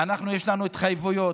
יש לנו התחייבויות.